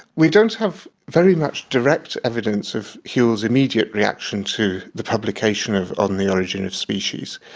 we don't have very much direct evidence of whewell's immediate reaction to the publication of on the origin of species,